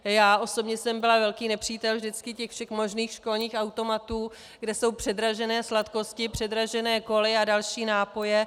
Já osobně jsem byla velký nepřítel vždycky těch všech školních automatů, kde jsou předražené sladkosti, předražené koly a další nápoje.